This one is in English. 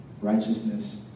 righteousness